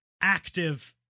active